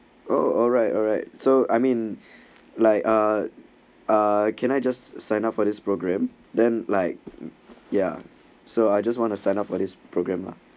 oh alright alright so I mean like uh uh can I just sign up for this program then like ya so I just want to sign up for this program lah